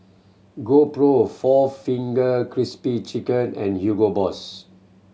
GoPro four Finger Crispy Chicken and Hugo Boss